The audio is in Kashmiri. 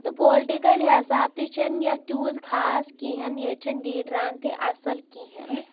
تہٕ پولٹِکل حِسابہٕ تہِ چھُ نہٕ یَتھ توٗت خاص کِہینۍ نہٕ ییٚتہِ چھا نہٕ لیٖڈران تہِ اَصٕل کِہیںۍ